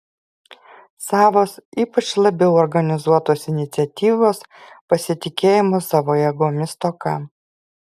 savos ypač labiau organizuotos iniciatyvos pasitikėjimo savo jėgomis stoka